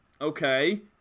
Okay